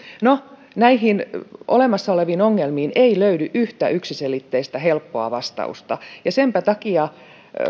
no näihin olemassa oleviin ongelmiin ei löydy yhtä yksiselitteistä helppoa vastausta ja senpä takia